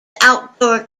outdoor